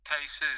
cases